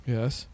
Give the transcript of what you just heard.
Yes